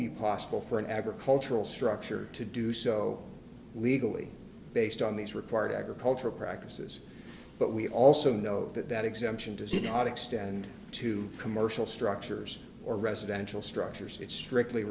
be possible for an agricultural structure to do so legally based on these required agricultural practices but we also know that that exemption does it not extend to commercial structures or residential structures it's strictly